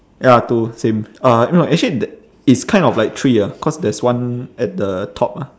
ya two same uh no actually that it's kind of like three ah cause there's one at the top ah